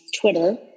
Twitter